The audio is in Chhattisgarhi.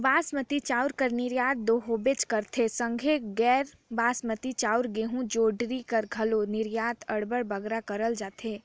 बासमती चाँउर कर निरयात दो होबे करथे संघे गैर बासमती चाउर, गहूँ, जोंढरी कर घलो निरयात अब्बड़ बगरा करल जाथे